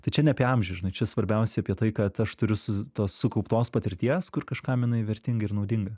tai čia ne apie amžių žinai čia svarbiausia apie tai kad aš turiu su tos sukauptos patirties kur kažkam jinai vertinga ir naudinga